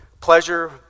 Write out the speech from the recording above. Pleasure